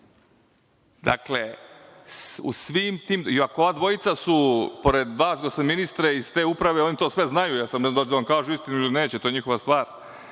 Dakle u svim tim, iako su ova dvojica pored vas, gospodine ministre, iz te uprave, oni to sve znaju, da li će da vam kažu istinu ili neće to je njihova stvar,